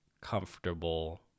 comfortable